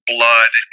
blood